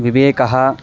विवेकः